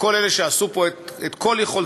לכל אלה שעשו פה את כל יכולתם,